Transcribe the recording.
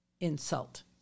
insult